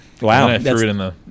Wow